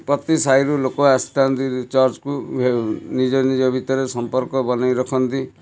ପ୍ରତି ସାହିରୁ ଲୋକ ଆସି ଥାଆନ୍ତି ଚର୍ଚ୍ଚକୁ ନିଜ ନିଜ ଭିତରେ ସମ୍ପର୍କ ବନେଇ ରଖନ୍ତି